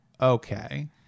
okay